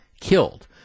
killed